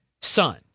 son